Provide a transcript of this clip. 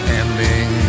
ending